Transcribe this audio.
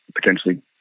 potentially